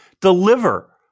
deliver